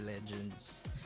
Legends